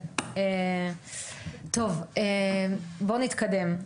טוב, בוא נתקדם.